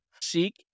Seek